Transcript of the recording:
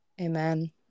Amen